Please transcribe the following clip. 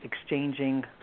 exchanging